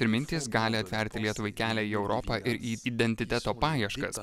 ir mintys gali atverti lietuvai kelią į europą ir į identiteto paieškas